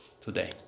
today